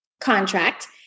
contract